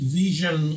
vision